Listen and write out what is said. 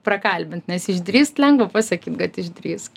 prakalbint nes išdrįst lengva pasakyt kad išdrįsk